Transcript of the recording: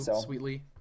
sweetly